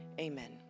Amen